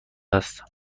است